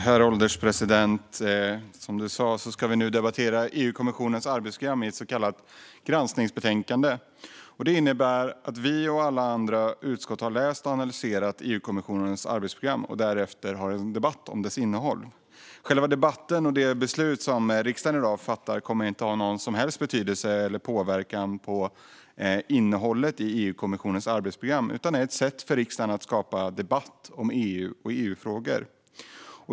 Herr ålderspresident! Vi ska nu debattera EU-kommissionens arbetsprogram i ett så kallat granskningsbetänkande. Det innebär att vi och alla andra utskott har läst och analyserat EU-kommissionens arbetsprogram och därefter har en debatt om dess innehåll. Själva debatten och det beslut som riksdagen i dag fattar kommer inte att ha någon som helst betydelse eller påverkan på innehållet i EU-kommissionens arbetsprogram, utan det är ett sätt för riksdagen att skapa debatt om EU och EU-frågor.